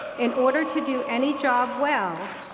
in order to do any job well,